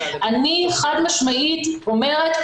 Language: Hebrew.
אני חד משמעית אומרת,